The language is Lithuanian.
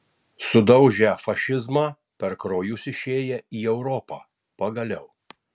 sudaužę fašizmą per kraujus išėję į europą pagaliau